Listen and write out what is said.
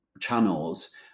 channels